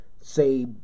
say